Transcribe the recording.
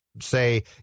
say